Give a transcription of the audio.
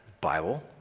Bible